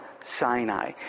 Sinai